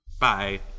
bye